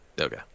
Okay